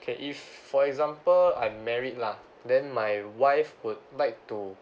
okay if for example I married lah then my wife would like to